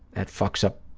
that fucks up,